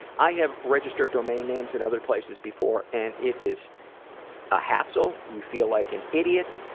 i have registered domain names at other places before and it is a hassle, you feel like an idiot,